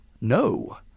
no